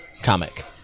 Comic